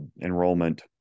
enrollment